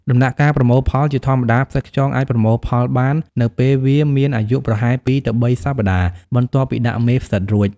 ដំណាក់កាលប្រមូលផលជាធម្មតា ផ្សិតខ្យងអាចប្រមូលផលបាននៅពេលវាមានអាយុប្រហែល ២ ទៅ ៣ សប្ដាហ៍ បន្ទាប់ពីដាក់មេផ្សិតរួច។